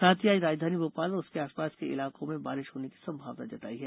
साथ ही आज राजधानी भोपाल और उसके आसपास के इलाकों में बारिश होने की संभावना जताई है